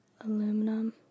Aluminum